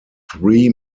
three